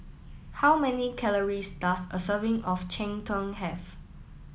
how many calories does a serving of Cheng Tng have